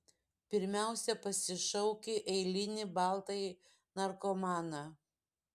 pirmiausia pasišauki eilinį baltąjį narkomaną